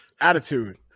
Attitude